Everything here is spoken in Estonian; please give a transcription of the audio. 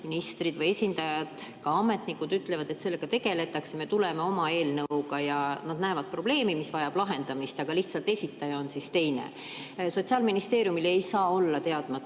ministrid või esindajad, ka ametnikud ütlevad, et sellega tegeldakse, me tuleme oma eelnõuga. Nad näevad probleemi, mis vajab lahendamist, aga lihtsalt esitaja on siis teine. Sotsiaalministeeriumile ei saa olla teadmata